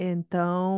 Então